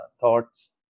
thoughts